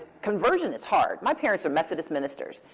conversion is hard. my parents are methodist ministers.